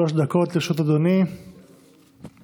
שלוש דקות לרשות אדוני, בבקשה.